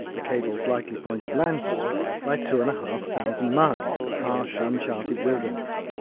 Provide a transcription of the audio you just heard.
the cables likely point of landfall, by two and a half thousand miles of harsh uncharted wilderness.